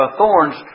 thorns